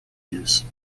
use